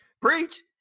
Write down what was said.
preach